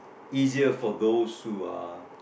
easier for those who are